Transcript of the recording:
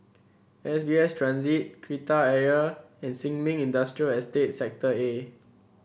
S B S Transit Kreta Ayer and Sin Ming Industrial Estate Sector A